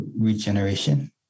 regeneration